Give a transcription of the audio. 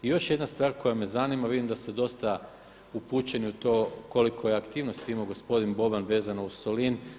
I još jedna stvar koja me zanima, vidim da ste dosat upućeni u to koliko je aktivnosti imao gospodin Boban vezano uz Solin.